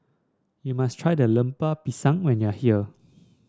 you must try Lemper Pisang when you are here